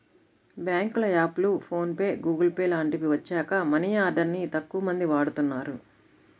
బ్యేంకుల యాప్లు, PhonePe, Google Pay లాంటివి వచ్చాక మనీ ఆర్డర్ ని తక్కువమంది వాడుతున్నారు